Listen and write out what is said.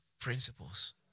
principles